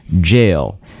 jail